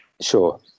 Sure